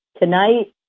tonight